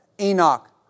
Enoch